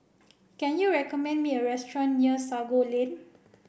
can you recommend me a restaurant near Sago Lane